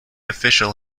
official